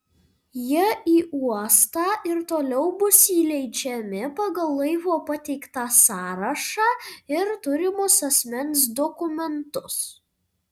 jie į uostą ir toliau bus įleidžiami pagal laivo pateiktą sąrašą ir turimus asmens dokumentus